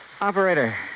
Operator